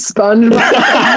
SpongeBob